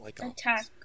attack